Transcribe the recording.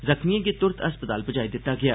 जख्मिएं गी तुरत अस्पताल पुजाई दित्ता गेआ